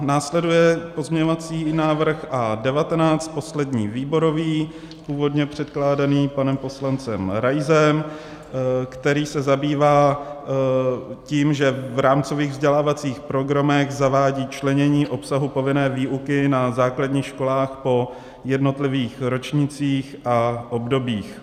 Následuje pozměňovací návrh A19, poslední výborový, původně předkládaný panem poslancem Raisem, který se zabývá tím, že v rámcových vzdělávacích programech zavádí členění obsahu povinné výuky na základních školách po jednotlivých ročnících a obdobích.